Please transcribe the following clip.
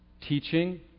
teaching